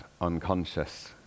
unconscious